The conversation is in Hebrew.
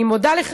אני מודה לך.